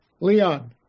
Leon